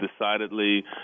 decidedly